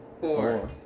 Four